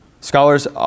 Scholars